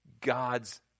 God's